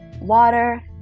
water